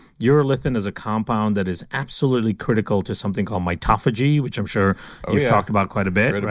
urolithin is a compound that is absolutely critical to something called mitophagy which i'm sure we've talked about quite a bit,